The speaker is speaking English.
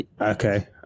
Okay